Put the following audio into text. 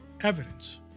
evidence